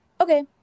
Okay